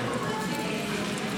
שקלים,